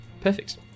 Perfect